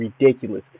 ridiculous